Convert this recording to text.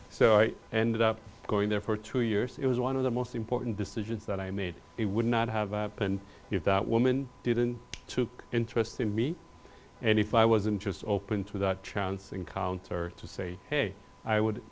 so i ended up going there for two years it was one of the most important decisions that i made it would not have happened if that woman didn't took interest in me and if i wasn't just open to that chance encounter to say hey i would